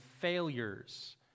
failures